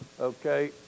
Okay